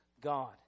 God